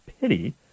pity